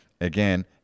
Again